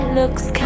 looks